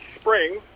spring